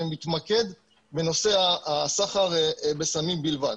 אני מתמקד בנושא הסחר בסמים בלבד.